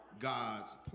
God's